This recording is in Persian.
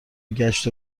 گشت